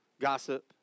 gossip